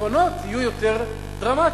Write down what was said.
הפתרונות היו יותר דרמטיים,